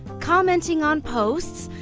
commenting on posts,